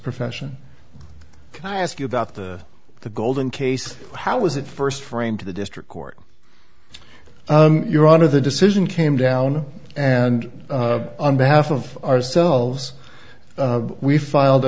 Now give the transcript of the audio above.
profession can i ask you about the the golden case how was that first frame to the district court your honor the decision came down and on behalf of ourselves we filed a